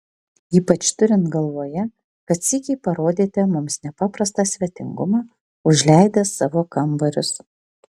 ypač turint galvoje kad sykį parodėte mums nepaprastą svetingumą užleidęs savo kambarius